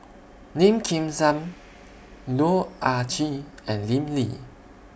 Lim Kim San Loh Ah Chee and Lim Lee